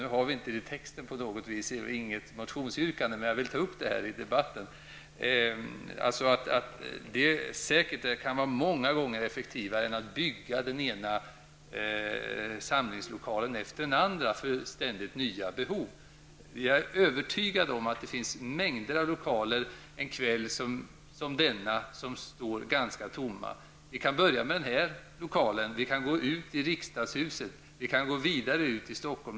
Detta är inte något som vi framför i någon motion, men jag vill ändå ta upp det här i debatten. Detta kan många gånger vara effektivare än att bygga den ena samlingslokalen efter den andra för ständigt nya behov. Vi är övertygade om att det finns mängder av lokaler som en kväll som denna står ganska tomma. Vi kan börja med denna lokal -- vi kan gå ut i riksdagshuset. Vi kan gå vidare ut i Stockholm.